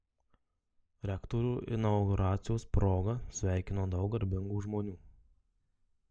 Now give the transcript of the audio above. rektorių inauguracijos proga sveikino daug garbingų žmonių